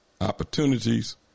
opportunities